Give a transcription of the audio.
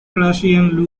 russian